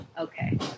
okay